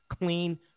clean